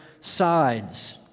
sides